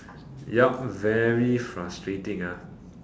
ya very frustrating ah